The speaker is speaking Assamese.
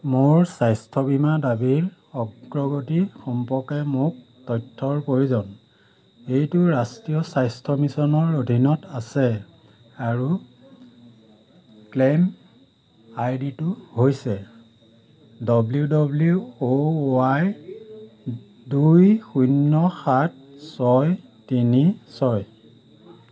মোৰ স্বাস্থ্য বীমা দাবীৰ অগ্ৰগতি সম্পৰ্কে মোক তথ্যৰ প্ৰয়োজন এইটো ৰাষ্ট্ৰীয় স্বাস্থ্য মিছনৰ অধীনত আছে আৰু ক্লেইম আই ডিটো হৈছে ডব্লিউ ডব্লিউ অ' ৱাই দুই শূন্য সাত ছয় তিনি ছয়